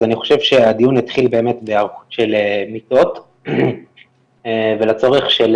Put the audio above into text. אני חושב שהדיון התחיל באמת בהיערכות של מיטות ולצורך של